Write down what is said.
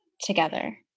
together